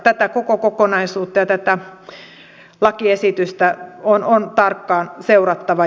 tätä koko kokonaisuutta ja tätä lakiesitystä on tarkkaan seurattava